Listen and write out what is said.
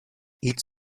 each